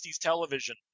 television